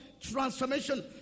transformation